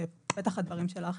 בפתח הדברים שלך,